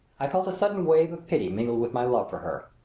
i felt a sudden wave of pity mingled with my love for her.